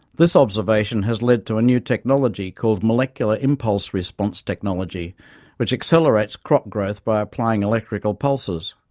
this observation has led to a new technology called molecular impulse response technology which accelerates crop growth by applying electrical pulses,